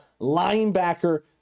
Linebacker